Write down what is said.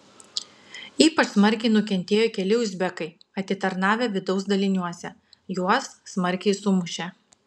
ypač smarkiai nukentėjo keli uzbekai atitarnavę vidaus daliniuose juos smarkiai sumušė